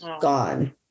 gone